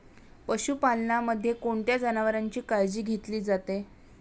पशुपालनामध्ये कोणत्या जनावरांची काळजी घेतली जाते?